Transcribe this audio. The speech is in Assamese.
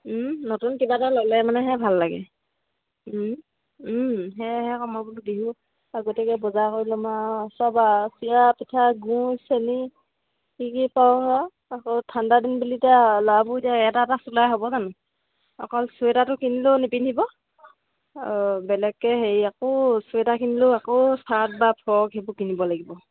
নতুন কিবা এটা ল'লে মানেহে ভাল লাগে সেয়েহে আকৌ আমাৰ বোলো বিহু আগতিয়াকে বজাৰ কৰি ল'ম আৰু চব আৰু চিৰা পিঠা গুড় চেনি কি কি পাওঁ সেয়া আকৌ ঠাণ্ডা দিন বুলি এতিয়া ল'ৰাবোৰ এতিয়া এটা এটা চোলা হ'ব জানো অকল চুৱেটাৰটো কিনিলেও নিপিন্ধিব বেলেগকে হেৰি আকৌ চুৱেটাৰ কিনিলেও আকৌ চাৰ্ট বা ফ্ৰক সেইবোৰ কিনিব লাগিব